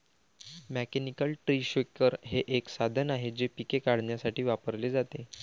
mechanical tree shaker हे एक साधन आहे जे पिके काढण्यासाठी वापरले जाते